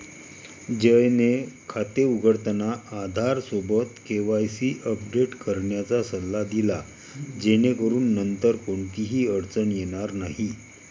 जयने खाते उघडताना आधारसोबत केवायसी अपडेट करण्याचा सल्ला दिला जेणेकरून नंतर कोणतीही अडचण येणार नाही